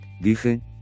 dije